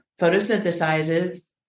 photosynthesizes